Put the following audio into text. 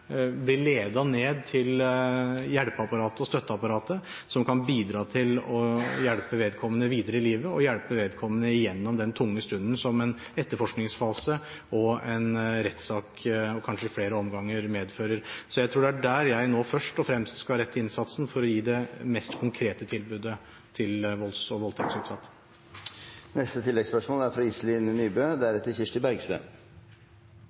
blir ledet ned til hjelpeapparatet og støtteapparatet som kan bidra til å hjelpe vedkommende videre i livet og gjennom den tunge stunden som en etterforskningsfase og en rettssak, kanskje i flere omganger, medfører. Så jeg tror det er der jeg først og fremst skal rette innsatsen for å gi det mest konkrete tilbudet til volds- og